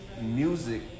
music